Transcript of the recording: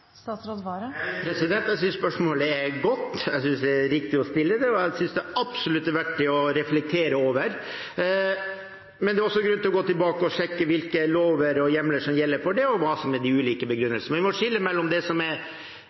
Jeg synes spørsmålet er godt, jeg synes det er riktig å stille det, og jeg synes absolutt det er verdt å reflektere over. Men det er også grunn til å gå tilbake og sjekke hvilke lover og hjemler som gjelder for dette, og hva som er de ulike begrunnelsene. Vi må skille mellom det som er